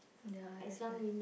ya that's why